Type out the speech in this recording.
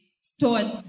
stored